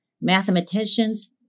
Mathematicians